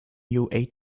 new